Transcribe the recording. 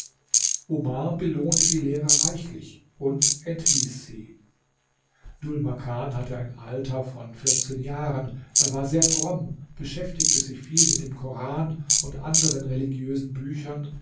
omar belohnte die lehrer reichlich und entließ sie dhul makan hatte ein alter von vierzehn jahren er war sehr fromm beschäftigte sich viel mit dem koran und anderen religiösen büchern